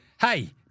hey